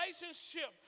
relationship